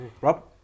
Rob